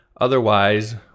Otherwise